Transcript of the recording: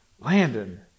Landon